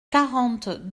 quarante